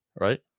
right